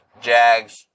Jags